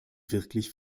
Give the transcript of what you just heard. wirklich